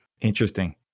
Interesting